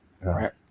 right